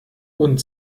und